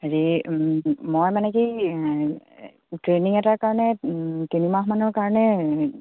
হেৰি মই মানে কি ট্ৰেইনিং এটাৰ কাৰণে তিনিমাহ মানৰ কাৰণে